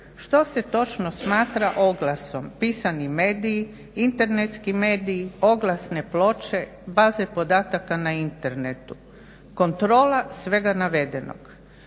što se točno smatra oglasom? Pisani mediji, internetski mediji, oglasne ploče, baze podataka na Internetu. Kontrola svega navedenog.